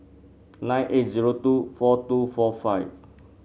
nine eight zero two four two four five